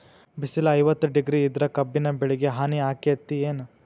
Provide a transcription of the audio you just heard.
ಬಿಸಿಲ ಐವತ್ತ ಡಿಗ್ರಿ ಇದ್ರ ಕಬ್ಬಿನ ಬೆಳಿಗೆ ಹಾನಿ ಆಕೆತ್ತಿ ಏನ್?